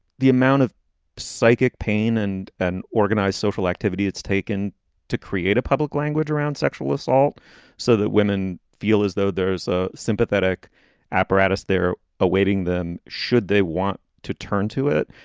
the amount of psychic pain and an organized social activity that's taken to create a public language around sexual assault so that women feel as though there's a sympathetic apparatus there awaiting them, should they want to turn to it?